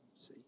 see